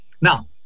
Now